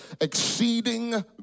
exceeding